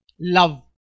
love